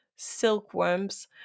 silkworms